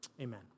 Amen